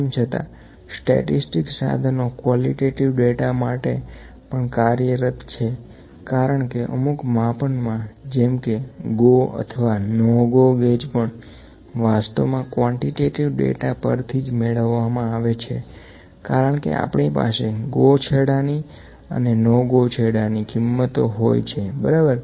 તેમ છતાંસ્ટેટિસ્તિક સાધનો કવોલીટેટીવ ડેટા માટે પણ કાર્યરત છે કારણકે અમુક માપન મા જેમ કે ગો નો ગો ગેજ પણ વાસ્તવમાં ક્વોન્ટીટેટીવ ડેટા પરથી જ મેળવવામાં આવે છે કારણ કે આપણી પાસે ગો છેડાની અને નો ગો છેડાની કિંમતો હોય છે બરાબર